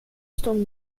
stond